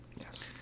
Yes